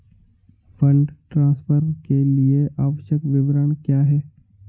Fund transfer के लिए आवश्यक विवरण क्या हैं?